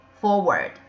forward